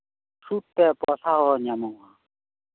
ᱥᱩᱫᱛᱮ ᱯᱚᱭᱥᱟ ᱦᱚᱸ ᱧᱟᱢᱚᱜᱼᱟ